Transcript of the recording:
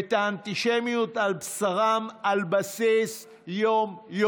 את האנטישמיות על בשרם על בסיס יום-יומי.